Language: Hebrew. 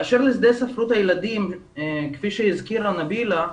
באשר לשדה ספרות הילדים, כפי שהזכירה נבילה,